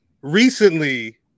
Recently